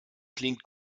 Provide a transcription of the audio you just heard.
klingt